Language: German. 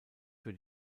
für